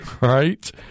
right